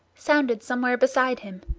sounded somewhere beside him,